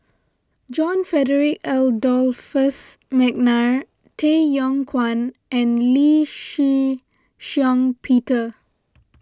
John Frederick Adolphus McNair Tay Yong Kwang and Lee Shih Shiong Peter